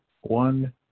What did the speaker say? one